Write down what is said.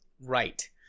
right